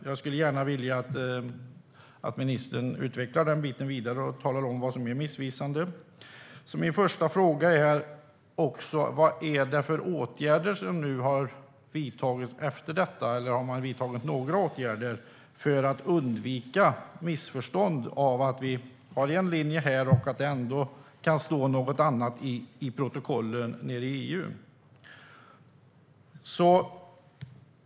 Jag skulle gärna vilja att ministern utvecklar det och talar om vad som är missvisande. Min fråga är: Vilka åtgärder, om några, har vidtagits efter detta för att undvika missförstånd kring att vi har en linje här och att det ändå kan stå något annat i protokollen nere i EU?